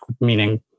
meaning